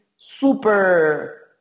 Super